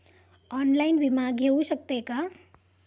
Online विमा घेऊ शकतय का?